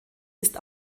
ist